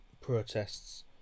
protests